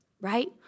right